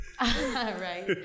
Right